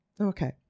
Okay